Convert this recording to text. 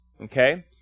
Okay